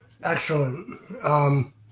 Excellent